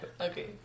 Okay